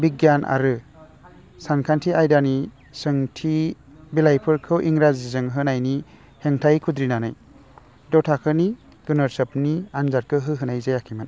बिगियान आरो सानखान्थि आयदानि सोंथि बिलाइफोरखौ इंराजीजों होनायनि हेंथायै खुद्रिनानै द' थाखोनि गुनउत्सबनि आनजादखौ होहोनाय जायाखैमोन